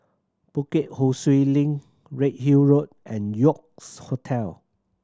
Bukit Ho Swee Link Redhill Road and York S Hotel